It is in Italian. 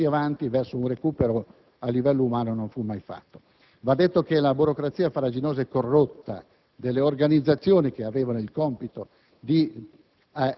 passi avanti verso un recupero a livello umano non furono mai compiuti. Va detto che la burocrazia farraginosa e corrotta delle organizzazioni che avevano il compito di